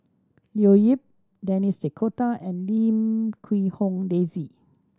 Leo Yip Denis D'Cotta and Lim Quee Hong Daisy